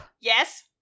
yes